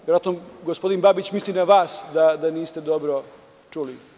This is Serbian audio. Verovatno gospodin Babić misli na vas da niste dobro čuli.